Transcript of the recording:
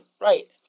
right